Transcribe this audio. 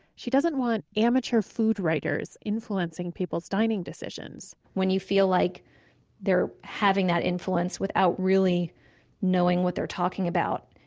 she doesn't want amateur food writers influencing people's dining decisions when you feel like they're having that influence without really knowing what they're talking about,